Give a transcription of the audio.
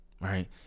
Right